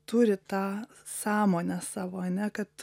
turi tą sąmonę savo ane kad